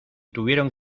tuvieron